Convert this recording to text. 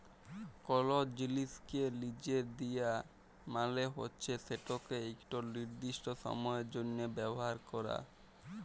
call জিলিসকে লিজে দিয়া মালে হছে সেটকে ইকট লিরদিস্ট সময়ের জ্যনহে ব্যাভার ক্যরা